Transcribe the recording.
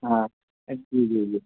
ہاں جی جی جی